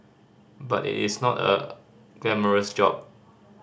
but it is not a glamorous job